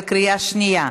בקריאה שנייה.